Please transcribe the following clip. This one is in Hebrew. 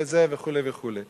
וכו' וכו'.